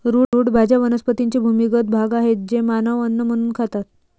route भाज्या वनस्पतींचे भूमिगत भाग आहेत जे मानव अन्न म्हणून खातात